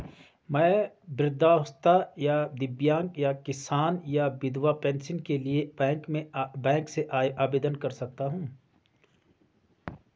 मैं वृद्धावस्था या दिव्यांग या किसान या विधवा पेंशन के लिए बैंक से आवेदन कर सकता हूँ?